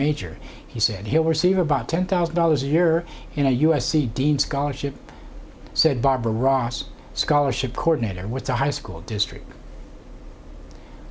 major he said he'll receive about ten thousand dollars a year in a u s c dean scholarship said barbara ross scholarship ordinator was a high school district